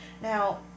Now